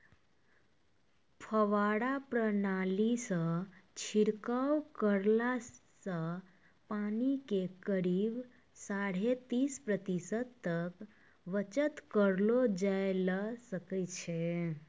फव्वारा प्रणाली सॅ छिड़काव करला सॅ पानी के करीब साढ़े तीस प्रतिशत तक बचत करलो जाय ल सकै छो